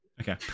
Okay